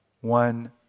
one